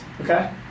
Okay